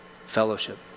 fellowship